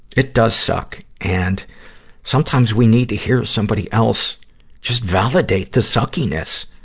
it does suck, and sometimes we need to hear somebody else just validate the suckiness,